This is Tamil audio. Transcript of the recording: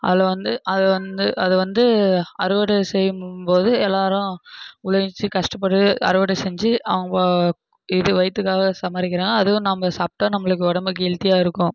அதில் வந்து அதை வந்து அதை வந்து அறுவடை செய்யும்போது எல்லாேரும் உழைச்சு கஷ்டப்பட்டு அறுவடை செஞ்சு அவங்க இது வயிற்றுக்காக சம்பாதிக்கிறாங்க அதுவும் நம்ம சாப்பிட்டா நம்மளுக்கு உடம்புக்கு ஹெல்த்தியாக இருக்கும்